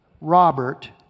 Robert